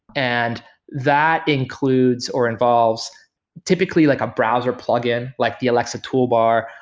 and that includes, or involves typically like a browser plug-in, like the alexa toolbar,